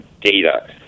data